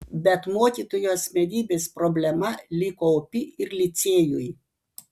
bet mokytojo asmenybės problema liko opi ir licėjui